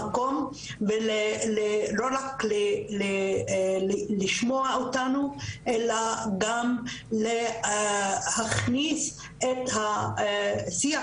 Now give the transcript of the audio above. מקום ולא רק לשמוע אותנו אלא גם להכניס את השיח